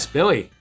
Billy